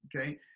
okay